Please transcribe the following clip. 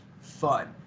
fun